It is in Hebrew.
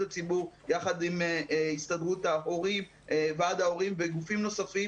הציבור יחד עם ועד ההורים וגופים נוספים.